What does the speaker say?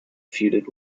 feuded